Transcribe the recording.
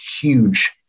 huge